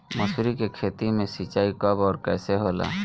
मसुरी के खेती में सिंचाई कब और कैसे होला?